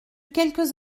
quelques